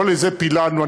לא לזה פיללנו.